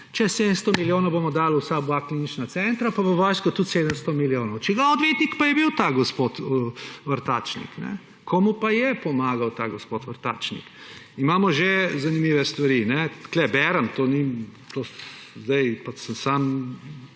Čez 700 milijonov bomo dali v oba klinična centra, pa v vojsko tudi 700 milijonov. Čigav odvetnik pa je bil ta gospod Vrtačnik? Komu pa je pomagal ta gospod Vrtačnik? Imamo že zanimive stvari, tukaj berem, sem samo